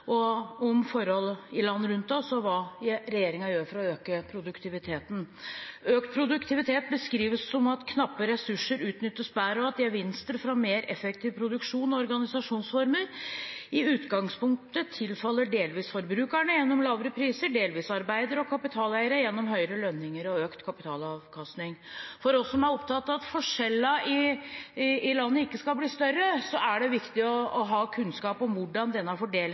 forhold i land rundt oss og hva regjeringen gjør for å øke produktiviteten. Økt produktivitet beskrives som at knappe ressurser utnyttes bedre, og at gevinster fra mer effektive produksjons- og organisasjonsformer i utgangspunktet tilfaller delvis forbrukerne gjennom lavere priser og delvis arbeidere og kapitaleiere gjennom høyere lønninger og økt kapitalavkastning. For oss som er opptatt av at forskjellene i landet ikke skal bli større, er det viktig å ha kunnskap om hvordan denne